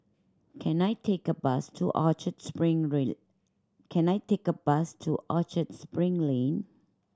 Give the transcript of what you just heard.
can I take a bus to Orchard Spring Lane